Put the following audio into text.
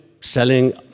selling